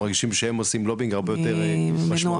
אתם מרגישים שהם עושים לובינג הרבה יותר משמעותי משלכם?